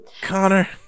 Connor